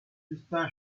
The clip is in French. justin